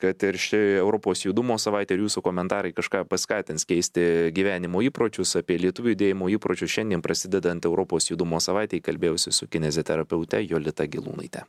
kad ir ši europos judumo savaitė ir jūsų komentarai kažką paskatins keisti gyvenimo įpročius apie lietuvių judėjimo įpročius šiandien prasidedant europos judumo savaitei kalbėjausi su kineziterapeute jolita gelūnaite